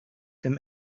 them